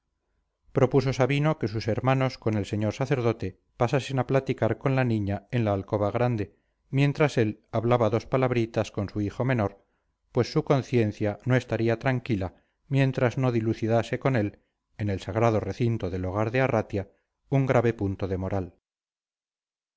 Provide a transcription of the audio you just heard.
propuso sabino que sus hermanos con el señor sacerdote pasasen a platicar con la niña en la alcoba grande mientras él hablaba dos palabritas con su hijo menor pues su conciencia no estaría tranquila mientras no dilucidase con él en el sagrado recinto del hogar de arratia un grave punto de moral